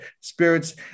spirits